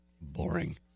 Boring